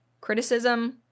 Criticism